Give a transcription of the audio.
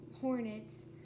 hornets